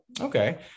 okay